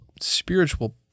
spiritual